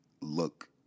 look